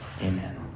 Amen